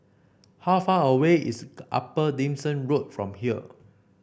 how far away is Upper Dickson Road from here